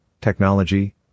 technology